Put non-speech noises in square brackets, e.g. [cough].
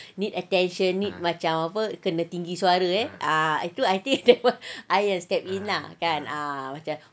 need attention need macam apa kena tinggi suara eh ah itu I think that [one] [laughs] I will step in lah kan